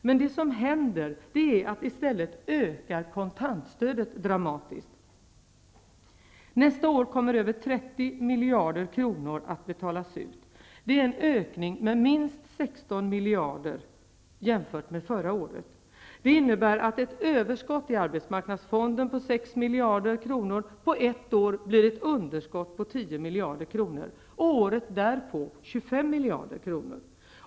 Men det som händer är att kontantstödet i stället ökar dramatiskt. Nästa år kommer över 30 miljarder kronor att betalas ut. Det är en ökning med minst 16 miljarder kronor jämfört med förra året. Det innebär att ett överskott i arbetsmarknadsfonden på 6 miljarder kronor på ett år blir ett underskott på 10 miljarder kronor, året därpå 25 miljarder kronor.